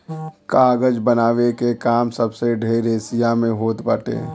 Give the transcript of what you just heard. कागज बनावे के काम सबसे ढेर एशिया में होत बाटे